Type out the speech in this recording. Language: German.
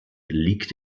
liegt